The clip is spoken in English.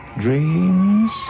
dreams